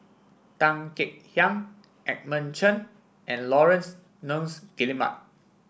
Tan Kek Hiang Edmund Chen and Laurence Nunns Guillemard